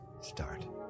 start